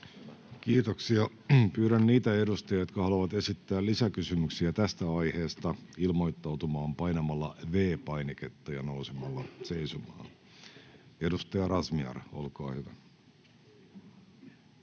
Kiitoksia. — Pyydän niitä edustajia, jotka haluavat esittää lisäkysymyksiä tästä aiheesta, ilmoittautumaan painamalla V-painiketta ja nousemalla seisomaan. — Edustaja Razmyar, olkaa hyvä.